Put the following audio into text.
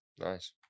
Nice